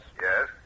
Yes